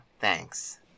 thanks